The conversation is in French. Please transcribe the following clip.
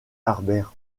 harbert